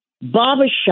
barbershop